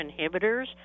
inhibitors